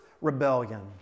rebellion